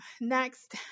Next